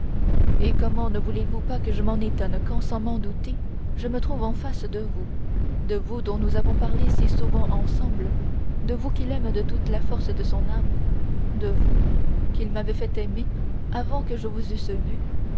et comment ne voulezvous pas que je m'en étonne quand sans m'en douter je me trouve en face de vous de vous dont nous avons parlé si souvent ensemble de vous qu'il aime de toute la force de son âme de vous qu'il m'avait fait aimer avant que je vous eusse vue